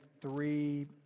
three